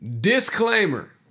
Disclaimer